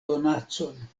donacon